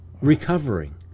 recovering